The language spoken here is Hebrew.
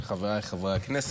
חבריי חברי הכנסת,